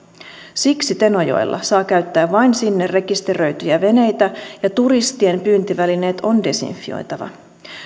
siksi tenojoella saa käyttää vain sinne rekisteröityjä veneitä ja turistien pyyntivälineet on desinfioitava